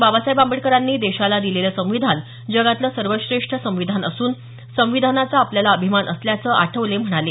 बाबासाहेब आंबेडकरांनी देशाला दिलेलं संविधान जगातलं सर्वश्रेष्ठ संविधान असून संविधानाचा आपल्याला अभिमान असल्याचं आठवले म्हणाले